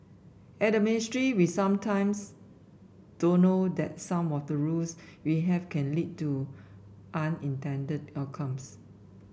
at the ministry we sometimes don't know that some of the rules we have can lead to unintended outcomes